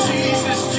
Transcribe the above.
Jesus